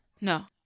No